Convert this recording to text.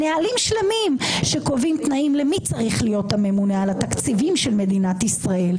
נהלים שקובעים תנאים מי צריך להיות הממונה על התקציבים של מדינת ישראל,